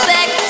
Back